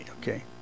okay